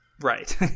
right